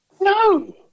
No